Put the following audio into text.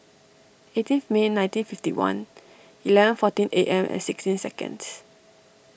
eighteenth May nineteen fifty one eleven fourteen A M and sixteen seconds